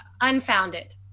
unfounded